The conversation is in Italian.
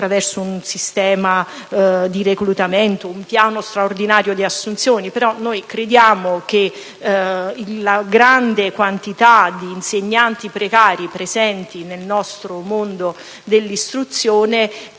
attraverso un sistema di reclutamento o un piano straordinario di assunzioni. Noi crediamo che la grande quantità di insegnanti precari presenti nel mondo dell'istruzione